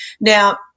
now